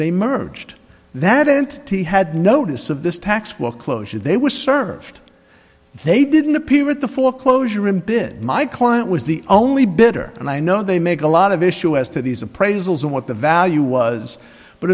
they merged that int he had notice of this tax for closure they were served they didn't appear at the foreclosure impish my client was the only bitter and i know they make a lot of issue as to these appraisals of what the value was but